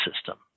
system